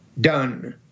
done